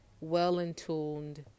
well-intuned